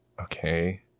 Okay